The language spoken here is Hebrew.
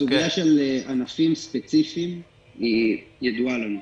הסוגיה של ענפים ספציפיים ידועה לנו.